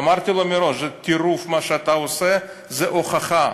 אמרתי לו מראש: זה טירוף מה שאתה עושה, זו הוכחה: